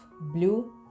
blue